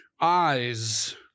eyes